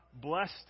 blessed